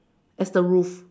as the roof